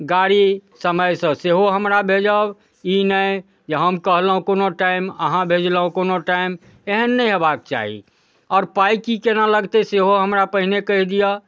गाड़ी समयसँ सेहो हमरा भेजब ई नहि जे हम कहलहुँ कोनो टाइम अहाँ भेजलहुँ कोनो टाइम एहन नहि हेबाक चाही आओर पाइ कि कोना लगतै सेहो हमरा पहिने कहि दिअऽ